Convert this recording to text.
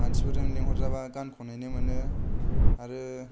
मानसिफोरजों लेंहरजाबा गान खनहैनो मोनो आरो